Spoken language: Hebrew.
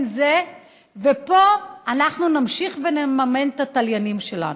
זה ופה אנחנו נמשיך ונממן את התליינים שלנו.